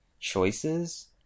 choices